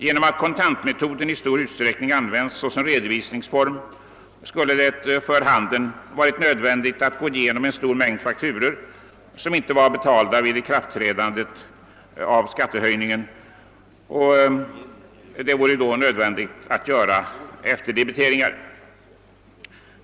Genom att kontantmetoden i stor utsträckning är den redovisningsform som används skulle det för handeln ha varit nödvändigt att gå igenom en mängd fakturor som inte hade hunnit betalas före ikraftträdandet av skattehöjningen och göra efterdebiteringar.